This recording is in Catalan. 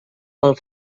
pel